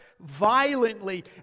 violently